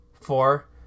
Four